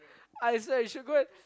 I swear you should go and